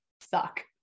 suck